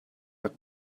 rak